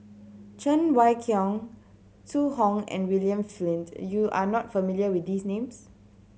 Cheng Wai Keung Zhu Hong and William Flint you are not familiar with these names